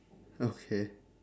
okay